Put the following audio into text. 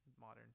modern